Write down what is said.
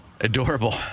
Adorable